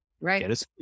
Right